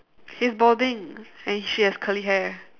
he's balding and she has curly hair